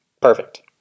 Perfect